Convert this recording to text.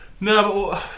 no